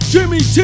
Jimmy